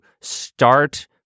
start